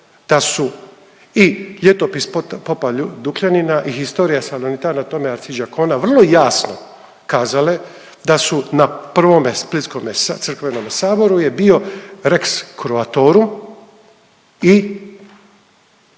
da su i Ljetopis popa Dukljanina i Historia Salonitana Toma Arhiđakona vrlo jasno kazale da su na prvome spisku na crkvenome saboru je bio Rex Croatorum i